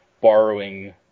borrowing